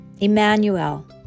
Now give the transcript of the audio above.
Emmanuel